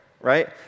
right